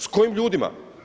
S kojim ljudima?